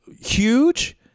huge